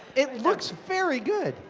it looks very good.